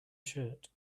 shirt